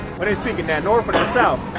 what are they speaking that north or south?